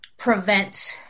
prevent